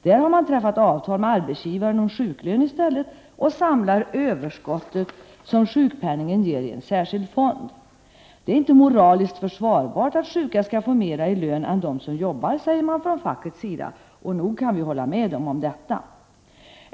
Där har man träffat avtal med arbetsgivaren om sjuklön i stället och samlar det överskott som sjukpenningen ger i en särskild fond. ”Det är inte moraliskt försvarbart att sjuka skall få mera i lön än de som jobbar”, säger man från fackets sida. Nog kan vi hålla med dem om detta.